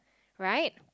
right